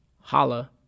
holla